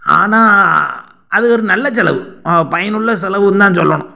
ஆனால் அது ஒரு நல்ல செலவு பயனுள்ள செலவுன்னு தான் சொல்லணும்